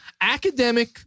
academic